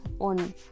on